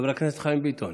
חבר הכנסת חיים ביטון.